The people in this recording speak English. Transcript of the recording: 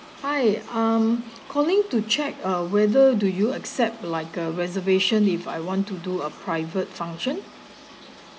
hi I'm calling to check uh whether do you accept like a reservation if I want to do a private function